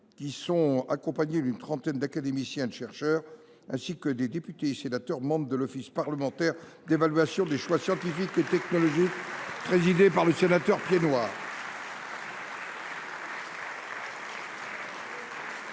Ils sont accompagnés d’une trentaine d’académiciens et de chercheurs, ainsi que des députés et sénateurs membres de l’Office parlementaire d’évaluation des choix scientifiques et technologiques, présidé par le sénateur Stéphane